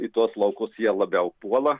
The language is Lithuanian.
į tuos laukus jie labiau puola